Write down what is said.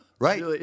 right